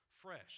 Fresh